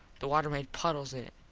the water made puddles in it.